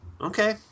Okay